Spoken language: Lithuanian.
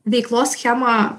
veiklos schemą